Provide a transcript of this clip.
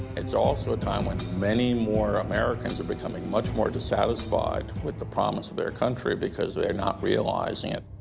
it's also a time when many more americans are becoming much more dissatisfied with the promise of their country because they're not realizing it.